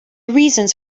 reasons